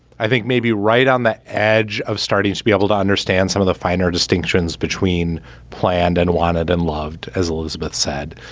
i think, maybe right on the edge of starting to be able to understand some of the finer distinctions between planned and wanted and loved, as elizabeth said.